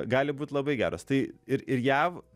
gali būt labai geras tai ir ir jav